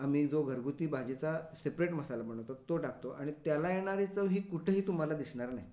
आम्ही जो घरगुती भाजीचा सेप्रेट मसाला बनवतो तो टाकतो आणि त्याला येणारी चव ही कुठेही तुम्हाला दिसणार नाही